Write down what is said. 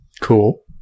Cool